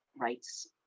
rights